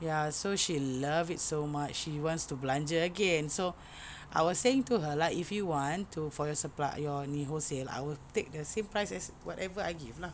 ya so she love it so much she wants to belanja again so I was saying to her lah if you want to for your suppli~ your ni wholesale I will take the same price as whatever I give lah